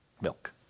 milk